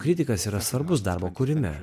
kritikas yra svarbus darbo kūrime